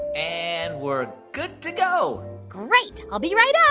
and we're good to go great. i'll be right up.